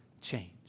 change